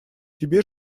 тебе